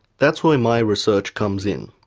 that's when my research comes in.